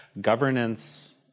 governance